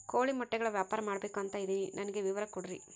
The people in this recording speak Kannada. ಕೋಳಿ ಮೊಟ್ಟೆಗಳ ವ್ಯಾಪಾರ ಮಾಡ್ಬೇಕು ಅಂತ ಇದಿನಿ ನನಗೆ ವಿವರ ಕೊಡ್ರಿ?